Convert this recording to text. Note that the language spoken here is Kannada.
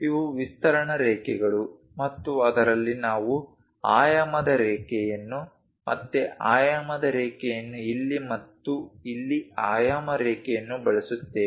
ಇವು ವಿಸ್ತರಣಾ ರೇಖೆಗಳು ಮತ್ತು ಅದರಲ್ಲಿ ನಾವು ಆಯಾಮದ ರೇಖೆಯನ್ನು ಮತ್ತೆ ಆಯಾಮದ ರೇಖೆಯನ್ನು ಇಲ್ಲಿ ಮತ್ತು ಇಲ್ಲಿ ಆಯಾಮ ರೇಖೆಯನ್ನು ಬಳಸುತ್ತೇವೆ